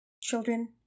Children